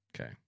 Okay